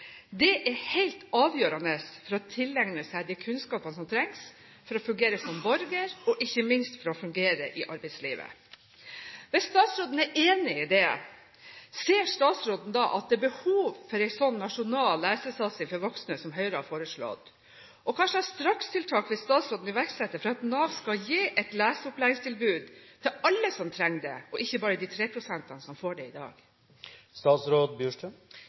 Det er helt avgjørende for å tilegne seg de kunnskapene som trengs for å fungere som borgere, og ikke minst for å fungere i arbeidslivet. Hvis statsråden er enig i dette, ser hun at det er behov for en sånn nasjonal lesesatsing for voksne som Høyre har foreslått? Og hva slags strakstiltak vil statsråden iverksette for at Nav skal gi et leseoppleggstilbud til alle som trenger det, og ikke bare de 3 prosentene som får det i